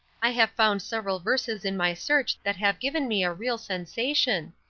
i have found several verses in my search that have given me a real sensation.